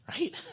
Right